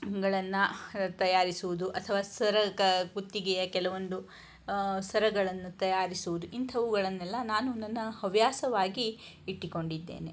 ಇವುಗಳನ್ನ ತಯಾರಿಸುವುದು ಅಥವಾ ಸರ ಕುತ್ತಿಗೆಯ ಕೆಲವೊಂದು ಸರಗಳನ್ನು ತಯಾರಿಸುವುದು ಇಂಥವುಗಳನ್ನೆಲ್ಲ ನಾನು ನನ್ನ ಹವ್ಯಾಸವಾಗಿ ಇಟ್ಟುಕೊಂಡಿದ್ದೇನೆ